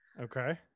Okay